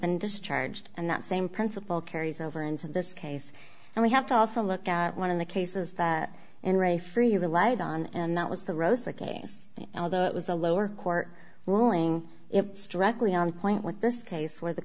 been discharged and that same principle carries over into this case and we have to also look at one of the cases that an re free relied on and that was the rose the case although it was a lower court ruling it strictly on point with this case where the